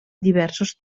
diversos